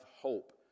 hope